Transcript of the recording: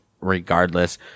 regardless